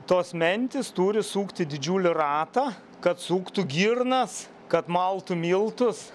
tos mentis turi sukti didžiulį ratą kad suktų girnas kad maltų miltus